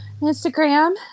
instagram